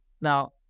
Now